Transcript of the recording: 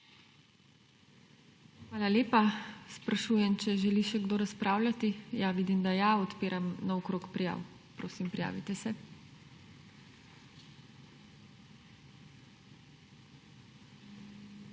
Hvala lepa. Sprašujem, če želi še kdo razpravljati? (Da.) Vidim, da ja. Odpiram nov krog prijav. Prosim, prijavite se. Imamo štiri